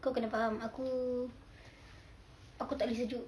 kau kena faham aku aku tak boleh sejuk